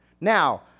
Now